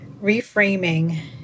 reframing